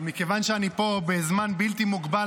מכיוון שאני פה בזמן בלתי מוגבל,